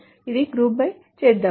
ఇది GROUP BY చేద్దాం